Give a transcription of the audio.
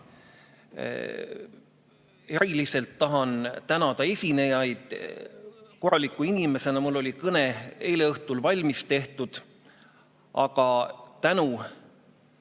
Eriliselt tahan tänada esinejaid. Korraliku inimesena mul oli kõne eile õhtul valmis tehtud, aga tänu